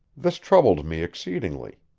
this troubled me exceedingly.